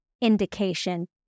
indication